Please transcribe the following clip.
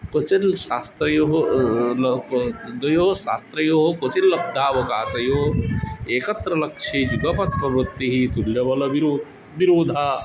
क्वचित् शास्त्रयोः लोपो द्वयोः शास्त्रयोः क्वचित् लब्धावकाशयोः एकत्र लक्षे युगपत्प्रवृत्तिः तुल्यबलविरोधः विरोधा